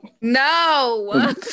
No